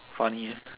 funny